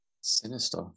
Sinister